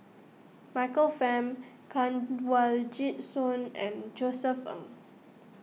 Michael Fam Kanwaljit Soin and Josef Ng